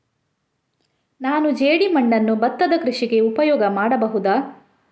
ನಾನು ಜೇಡಿಮಣ್ಣನ್ನು ಭತ್ತದ ಕೃಷಿಗೆ ಉಪಯೋಗ ಮಾಡಬಹುದಾ?